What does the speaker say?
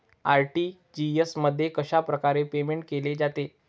RTGS मध्ये कशाप्रकारे payment केले जाते?